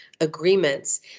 agreements